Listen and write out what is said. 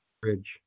fridge